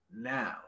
Now